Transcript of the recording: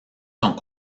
sont